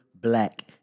Black